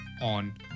on